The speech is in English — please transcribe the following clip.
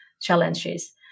challenges